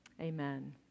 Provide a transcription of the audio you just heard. Amen